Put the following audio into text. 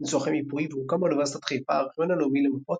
לצורכי מיפוי והוקם באוניברסיטת חיפה הארכיון הלאומי למפות